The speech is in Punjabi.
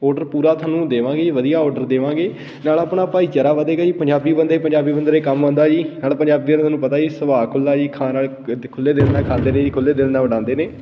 ਔਡਰ ਪੂਰਾ ਤੁਹਾਨੂੰ ਦੇਵਾਂਗੇ ਵਧੀਆ ਔਡਰ ਦੇਵਾਂਗੇ ਨਾਲ ਆਪਣਾ ਭਾਈਚਾਰਾ ਵਧੇਗਾ ਜੀ ਪੰਜਾਬੀ ਬੰਦੇ ਪੰਜਾਬੀ ਬੰਦੇ ਦੇ ਕੰਮ ਆਉਂਦਾ ਜੀ ਨਾਲ ਪੰਜਾਬੀਆਂ ਦਾ ਤੁਹਾਨੂੰ ਪਤਾ ਜੀ ਸੁਭਾਅ ਖੁੱਲ੍ਹਾ ਜੀ ਖਾਣ ਵਾਲੇ ਖ ਦ ਖੁੱਲ੍ਹੇ ਦਿਲ ਨਾਲ ਖਾਂਦੇ ਨੇ ਜੀ ਖੁੱਲ੍ਹੇ ਦਿਲ ਨਾਲ ਉਡਾਉਂਦੇ ਨੇ